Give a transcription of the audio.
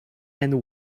and